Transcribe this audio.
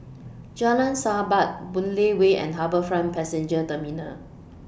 Jalan Sahabat Boon Lay Way and HarbourFront Passenger Terminal